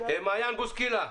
מעיין בוסקילה.